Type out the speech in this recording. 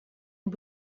und